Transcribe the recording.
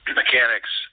mechanics